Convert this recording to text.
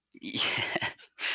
Yes